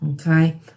Okay